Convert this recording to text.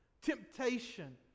temptation